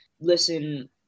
listen